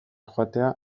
joatea